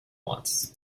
once